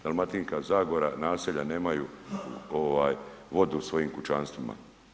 Dalmatinska zagora naselja nemaju vodu u svojim kućanstvima.